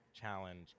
challenge